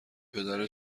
پدر